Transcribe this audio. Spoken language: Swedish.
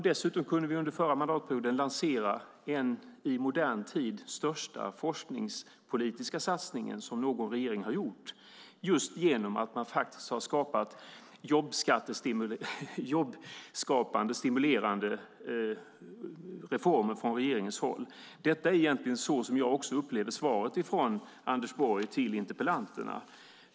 Dessutom kunde vi under förra mandatperioden lansera den i modern tid största forskningspolitiska satsningen som någon regering har gjort, genom att regeringen har genomfört jobbstimulerande reformer. Det är så jag upplever svaret från Anders Borg till interpellanterna.